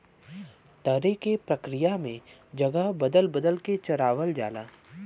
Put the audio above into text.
तरे के प्रक्रिया में जगह बदल बदल के चरावल जाला